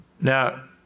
Now